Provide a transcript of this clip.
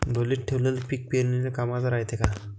ढोलीत ठेवलेलं पीक पेरनीले कामाचं रायते का?